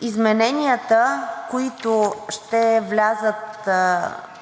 измененията, които ще влязат